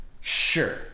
Sure